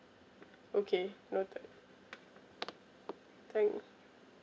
okay noted thank